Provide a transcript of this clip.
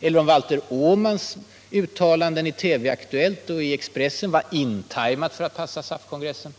Eller om Valter Åmans uttalanden i TV-Aktuellt och Expressen var in-tajmade för att passa SAF kongressen!